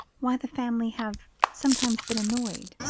why the family have sometimes been annoyed?